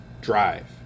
drive